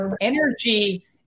energy